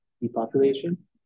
Depopulation